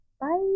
Bye